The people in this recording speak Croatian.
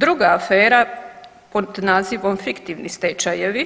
Druga afera pod nazivom fiktivni stečajevi